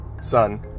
son